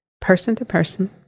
person-to-person